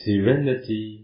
Serenity